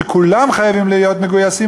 שכולם חייבים להיות מגויסים,